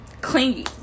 clingy